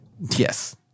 Yes